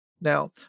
Now